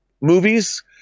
movies